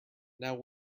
now